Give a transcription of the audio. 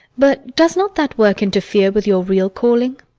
but does not that work interfere with your real calling?